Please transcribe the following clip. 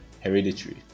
Hereditary